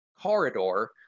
Corridor